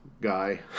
guy